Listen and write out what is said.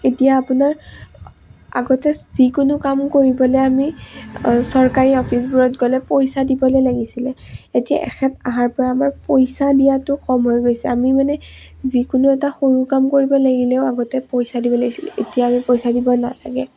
এতিয়া আপোনাৰ আগতে যিকোনো কাম কৰিবলৈ আমি চৰকাৰী অফিচবোৰত গ'লে পইচা দিবলৈ লাগিছিলে এতিয়া এখেত অহাৰপৰা আমাৰ পইচা দিয়াতো কম হৈ গৈছে আমি মানে যিকোনো এটা সৰু কাম কৰিব লাগিলেও আগতে পইচা দিব লাগিছিলে এতিয়া আমি পইচা দিব নালাগে